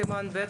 סימן ב'.